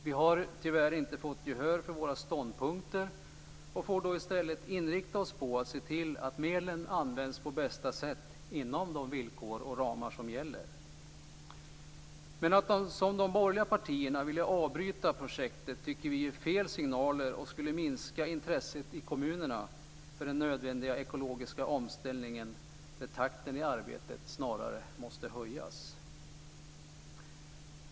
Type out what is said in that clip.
Vi har tyvärr inte fått gehör för våra ståndpunkter och får i stället inrikta oss på att se till att medlen används på bästa sätt inom de villkor och ramar som gäller. Att som de borgerliga partierna vilja avbryta projektet tycker vi ger fel signaler och skulle minska intresset i kommunerna för den nödvändiga ekologiska omställningen, där takten i arbetet snarare måste höjas.